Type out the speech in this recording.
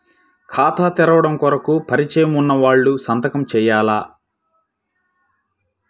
ఖాతా తెరవడం కొరకు పరిచయము వున్నవాళ్లు సంతకము చేయాలా?